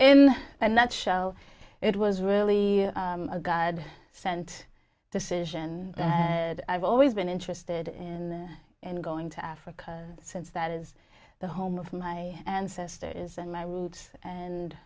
in a nutshell it was really a god send decision i've always been interested in and going to africa since that is the home of my ancestors and my roots and